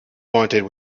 wanted